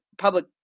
public